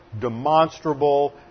demonstrable